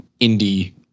indie